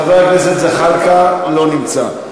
חבר הכנסת זחאלקה, לא נמצא.